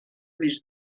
més